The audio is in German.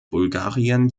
bulgarien